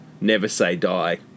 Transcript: never-say-die